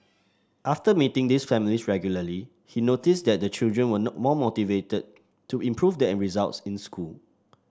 after meeting these families regularly he noticed that the children were not more motivated to improve their results in school